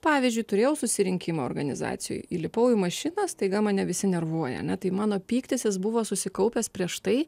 pavyzdžiui turėjau susirinkimą organizacijoj įlipau į mašiną staiga mane visi nervuoja ne tai mano pyktis jis buvo susikaupęs prieš tai